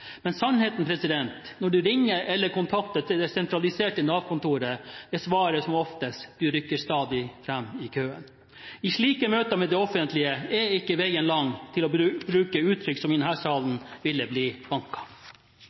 men sannheten er at når man ringer eller kontakter det sentraliserte Nav-kontoret, er svaret som oftest: Du rykker stadig fram i køen. I slike møter med det offentlige er ikke veien lang til å bruke uttrykk som i denne salen ville